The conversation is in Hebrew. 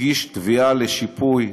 הגיש תביעה לשיפוי